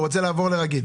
הוא רוצה לעבור לרגיל.